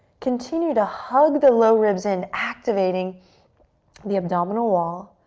continue to hug the low ribs in, activating the abdominal wall.